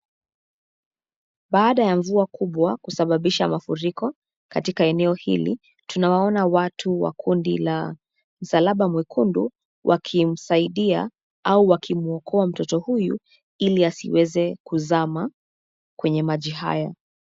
Baada ya mvua kubwa kusababisha mafuriko katika eneo hili. Tunawaona watu wa kundi la msalaba mwekundu wakimsaidia au wakimwokoa mtoto huyu ili asiweze kuzama kwenye maji haya.